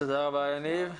תודה רבה, יניב.